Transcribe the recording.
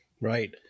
Right